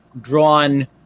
drawn